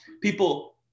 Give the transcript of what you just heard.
People